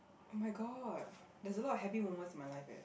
oh-my-god there's a lot of happy moments in my life leh